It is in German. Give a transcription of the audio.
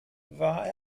war